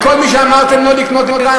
לכל מי שאמרתם לא לקנות דירה,